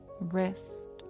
wrist